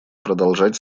продолжать